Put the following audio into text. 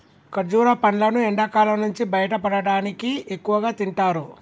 ఖర్జుర పండ్లును ఎండకాలం నుంచి బయటపడటానికి ఎక్కువగా తింటారు